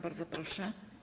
Bardzo proszę.